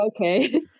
okay